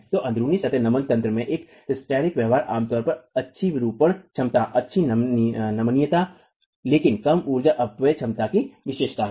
तो अन्ध्रुनी सतह नमन तंत्र में एक हिस्टैरिक व्यवहार आमतौर पर अच्छी विरूपण क्षमता अच्छी नमनीयता लेकिन कम ऊर्जा अपव्यय क्षमता की विशेषता है